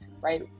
right